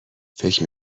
فکر